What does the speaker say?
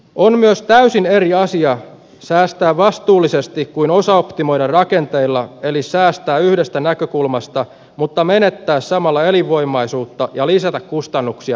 on myös täysin eri asia säästää vastuullisesti kuin osaoptimoida rakenteilla eli säästää yhdestä näkökulmasta mutta menettää samalla elinvoimaisuutta ja lisätä kustannuksia toisaalla